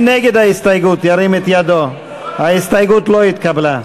ההסתייגות לא התקבלה.